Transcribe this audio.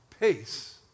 peace